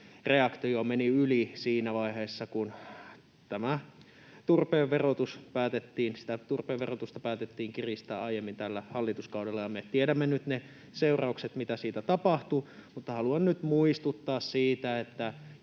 reaktio meni yli siinä vaiheessa, kun sitä turpeen verotusta päätettiin kiristää aiemmin tällä hallituskaudella, ja me tiedämme nyt ne seuraukset, mitä siitä tapahtui. Mutta haluan nyt muistuttaa siitä, että